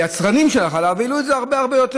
היצרנים של החלב העלו את זה הרבה הרבה יותר.